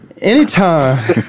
Anytime